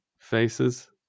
faces